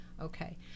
okay